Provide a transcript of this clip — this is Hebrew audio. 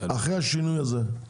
אחרי השינוי הזה.